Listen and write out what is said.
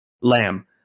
Lamb